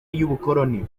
y’ubukoloni